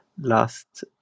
last